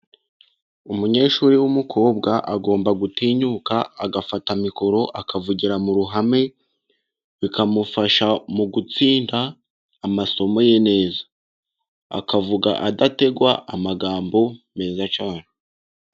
Umunyeshuri w'umukobwa agomba gutinyuka agafata mikorofone akavugira mu ruhame. Bikamufasha mu gutsinda amasomo ye neza. Akavuga adategwa amagambo meza cyane.